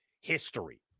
history